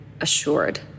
assured